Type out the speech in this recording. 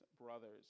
brothers